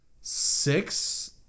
six